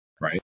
right